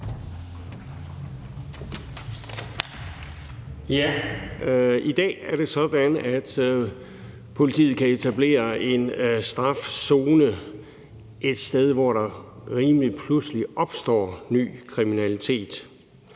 I dag er det sådan, at politiet kan etablere en strafzone et sted, hvor der rimelig pludseligt opstår ny kriminalitet.